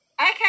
Okay